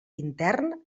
intern